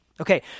Okay